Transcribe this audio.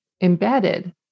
embedded